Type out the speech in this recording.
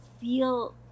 feel